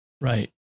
Right